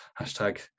hashtag